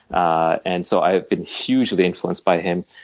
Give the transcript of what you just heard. ah and so i have been hugely influenced by him.